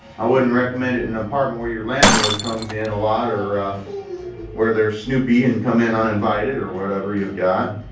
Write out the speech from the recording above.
i wouldn't recommend it in an apartment where your landlord comes in a lot or where they're snoopy and come in uninvited or whatever you've got.